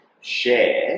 share